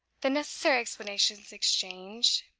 the necessary explanations exchanged,